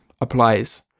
applies